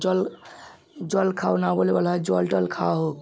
জল জল খাও না বলে বলা হয় জল টল খাও